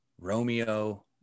Romeo